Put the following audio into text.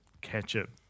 ketchup